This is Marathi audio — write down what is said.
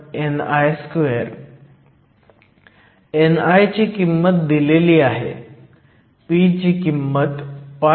ni ची किंमत दिलेली आहे p ची किंमत 5